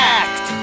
act